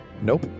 Nope